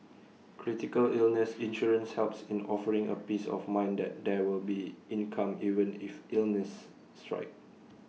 critical illness insurance helps in offering A peace of mind that there will be income even if illnesses strike